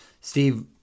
Steve